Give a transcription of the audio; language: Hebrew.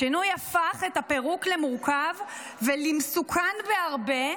השינוי הפך את הפירוק למורכב ולמסוכן בהרבה,